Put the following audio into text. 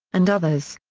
and others.